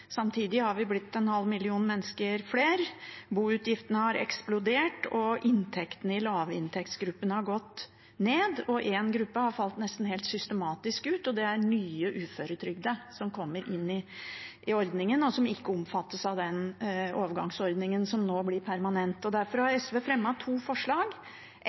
Samtidig har vi blitt en halv million flere mennesker, boutgiftene har eksplodert, og inntektene i lavinntektsgruppene har gått ned. En gruppe har falt nesten helt systematisk ut, og det er nye uføretrygdede som kommer inn i ordningen, og som ikke omfattes av den overgangsordningen som nå blir permanent. Derfor har SV fremmet to forslag,